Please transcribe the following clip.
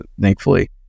thankfully